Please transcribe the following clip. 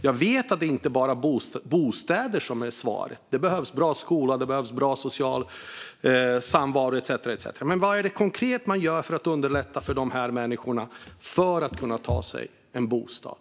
Jag vet att det inte bara är bostäder som är svaret, utan det behövs även bra skola, bra social samvaro etcetera. Men vad gör man konkret för att underlätta för dessa människor så att de ska kunna få en bostad?